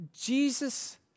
Jesus